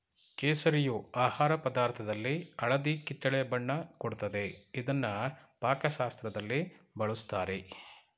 ಕೇಸರಿಯು ಆಹಾರ ಪದಾರ್ಥದಲ್ಲಿ ಹಳದಿ ಕಿತ್ತಳೆ ಬಣ್ಣ ಕೊಡ್ತದೆ ಇದ್ನ ಪಾಕಶಾಸ್ತ್ರದಲ್ಲಿ ಬಳುಸ್ತಾರೆ